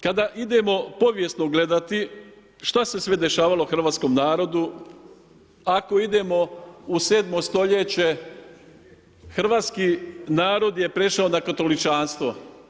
Kada idemo povijesno gledati, šta se sve dešavalo hrvatskom narodu, ako idemo u 7. st., hrvatski narod je prešao na katoličanstvo.